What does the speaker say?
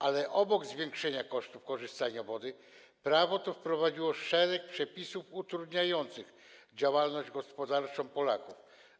Ale obok zwiększenia kosztów korzystania z wody prawo to wprowadziło szereg przepisów utrudniających działalność gospodarczą Polaków.